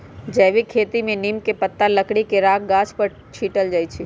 जैविक खेती में नीम के पत्ता, लकड़ी के राख गाछ पर छिट्ल जाइ छै